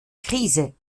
krise